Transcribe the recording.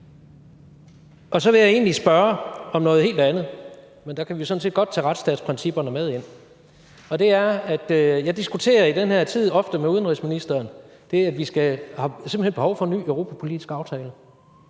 Og så vil jeg egentlig spørge om noget helt andet, men der kan vi sådan set godt tage retsstatsprincipperne med ind. Jeg diskuterer ofte i den her tid med udenrigsministeren det, at vi simpelt hen har behov for en ny europapolitisk aftale,